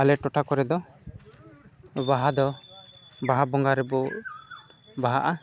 ᱟᱞᱮ ᱴᱚᱴᱷᱟ ᱠᱚᱨᱮ ᱫᱚ ᱵᱟᱦᱟ ᱫᱚ ᱵᱟᱦᱟ ᱵᱚᱸᱜᱟ ᱨᱮᱵᱚᱱ ᱵᱟᱦᱟᱜᱼᱟ